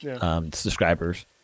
subscribers